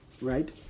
right